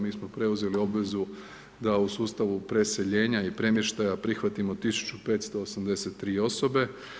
Mi smo preuzeli obvezu da u sustavu preseljenja i premještaja prihvatimo 1583 osobe.